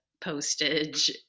Postage